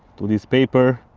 to this paper